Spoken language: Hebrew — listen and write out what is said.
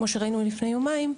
כמו שראינו לפני יומיים,